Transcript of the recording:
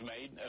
made